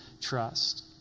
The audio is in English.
trust